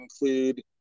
include